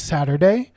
Saturday